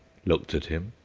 looked at him,